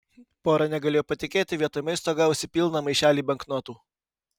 pora negalėjo patikėti vietoj maisto gavusi pilną maišelį banknotų